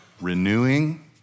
renewing